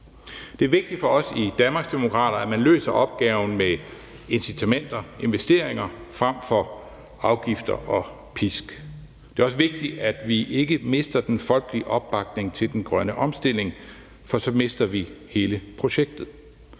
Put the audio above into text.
Det er vigtigt for os i Danmarksdemokraterne, at man løser opgaven med incitamenter, investeringer frem for afgifter og pisk. Det er også vigtigt, at vi ikke mister den folkelige opbakning til den grønne omstilling, for så mister vi hele projektet.